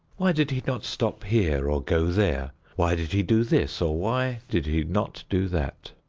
why did he not stop here, or go there why did he do this or why did he not do that?